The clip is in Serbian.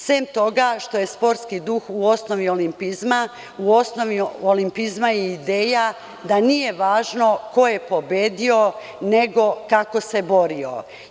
Sem toga što je sportski duh u osnovi olimpizma, u osnovi olimpizma je i ideja da nije važno ko je pobedio, nego kako se borio.